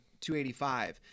285